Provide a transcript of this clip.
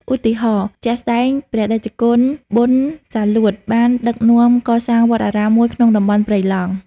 ឧទាហរណ៍ជាក់ស្ដែង ព្រះតេជគុណប៊ុន សាលួត បានដឹកនាំកសាងវត្តអារាមមួយក្នុងតំបន់ព្រៃឡង់។